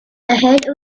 ahead